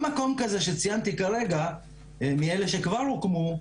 במקומות שציינתי כרגע מאלה שכבר הוקמו,